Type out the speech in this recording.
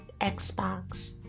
Xbox